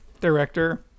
Director